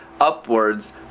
upwards